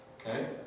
okay